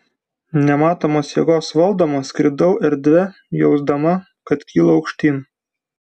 nematomos jėgos valdoma skridau erdve jausdama kad kylu aukštyn